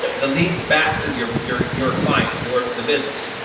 the the leads back to the your, your your client, your the business,